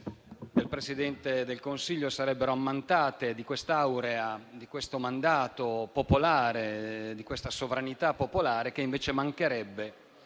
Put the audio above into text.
del Presidente del Consiglio sarebbero ammantate di quest'aura di mandato popolare e di questa sovranità popolare che, invece, mancherebbe